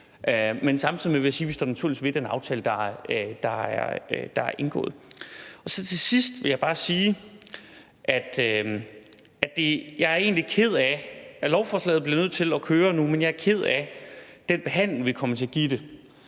vil samtidig sige, at vi naturligvis står ved den aftale, der er indgået. Til sidst vil jeg bare sige, at jeg egentlig er ked af – lovforslaget bliver nødt til at køre nu – den behandling, vi kommer til at give det,